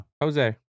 Jose